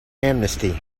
amnesty